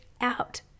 out